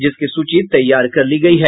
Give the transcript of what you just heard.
जिसकी सूची तैयार कर ली गयी है